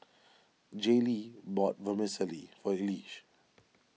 Jaylee bought Vermicelli for Elige